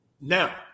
now